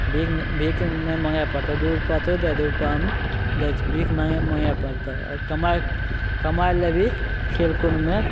भीख भीख नहि माँगै पड़तौ दुइ रुपा तोँ दे दुइ रुपा हम दै छिऔ भीख नहि माँगै पड़तौ कमै कमै लेबही खेलकूदमे